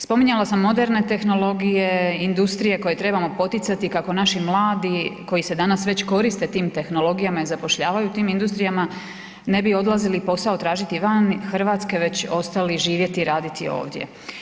Spominjala sam moderne tehnologije i industrije koje trebamo poticati kako naši mladi koji se danas već koriste tim tehnologijama i zapošljavaju u tim industrijama ne bi odlazili posao tražiti van RH već ostali živjeti i raditi ovdje.